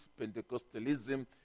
Pentecostalism